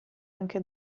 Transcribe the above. anche